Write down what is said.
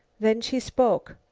then she spoke